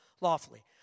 lawfully